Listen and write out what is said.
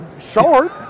short